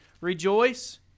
Rejoice